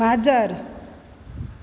माजर